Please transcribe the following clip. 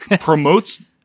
promotes